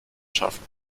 schaffen